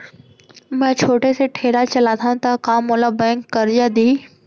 मैं छोटे से ठेला चलाथव त का मोला बैंक करजा दिही?